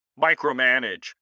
micromanage